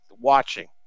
watching